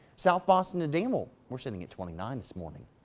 south boston today will we're sitting at twenty nine this morning.